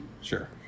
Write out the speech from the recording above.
Sure